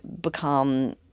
become